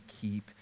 keep